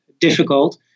difficult